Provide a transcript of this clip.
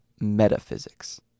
metaphysics